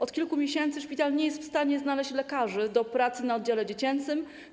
Od kilku miesięcy szpital nie jest w stanie znaleźć lekarzy do pracy na oddziale dziecięcym.